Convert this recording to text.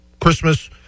Christmas